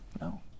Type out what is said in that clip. No